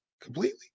completely